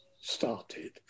started